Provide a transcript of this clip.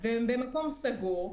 במקום סגור,